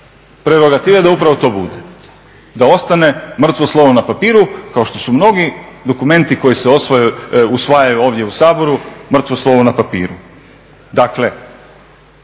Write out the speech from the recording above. ima sve … da upravo to bude, da ostane mrtvo slovo na papiru kao što su mnogi dokumenti koji se usvajaju ovdje u Saboru mrtvo slovo na papiru. Dakle,